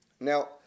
Now